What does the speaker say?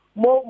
mo